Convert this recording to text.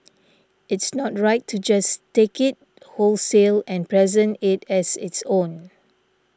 it's not right to just take it wholesale and present it as its own